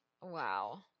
Wow